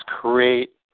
create